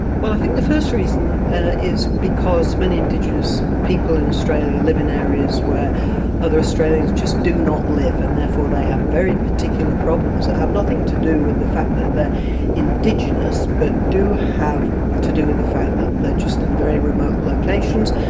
well, i think the first reason is because many indigenous people in australia live in areas where other australians just do not live, and therefore they have very particular problems that have nothing to do with the fact that they're indigenous, but do have to do with the fact that they're just in very remote locations,